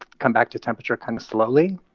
come back to temperature kind of slowly.